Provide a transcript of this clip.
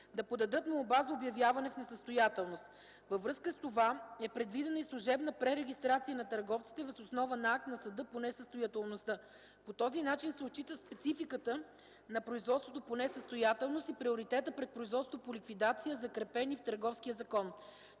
да подадат молба за обявяване в несъстоятелност. Във връзка с това е предвидена и служебна пререгистрация на търговците въз основа на акт на съда по несъстоятелността. По този начин се oтчита спецификата на производството по несъстоятелност и приоритетът пред производството по ликвидация закрепени в Търговския закон.